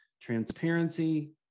transparency